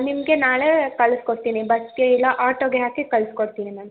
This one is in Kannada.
ನಿಮಗೆ ನಾಳೆ ಕಳ್ಸಿಕೊಡ್ತೀನಿ ಬಸ್ಗೆ ಇಲ್ಲ ಆಟೋಗೆ ಹಾಕಿ ಕಳ್ಸಿಕೊಡ್ತೀನಿ ಮ್ಯಾಮ್